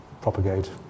propagate